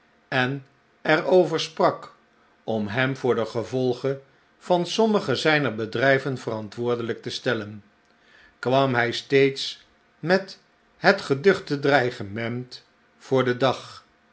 en er over sprak om hem voor de gevolgen van sommige zijner bedrijven verantwoordelijk te stellen kwam hij steeds met het geduchte dreigement voor den dag